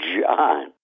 John